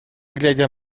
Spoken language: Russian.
глядя